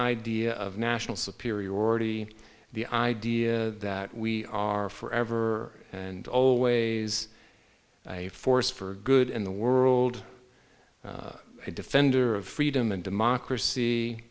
idea of national superiority the idea that we are forever and always a force for good in the world a defender of freedom and democracy